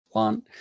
one